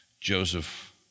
Joseph